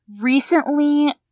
Recently